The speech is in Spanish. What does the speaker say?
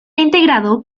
integrado